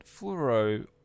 fluoro